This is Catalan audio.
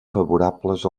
favorables